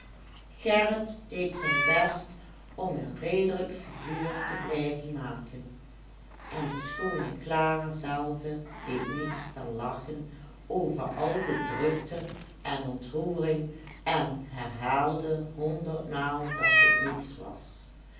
gerrit deed zijn best om een redelijk figuur te blijven maken en de schoone clara zelve deed niets dan lachen over al de drukte en ontroering en herhaalde honderdmaal dat het niets was